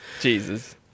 Jesus